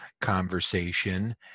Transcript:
conversation